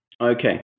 Okay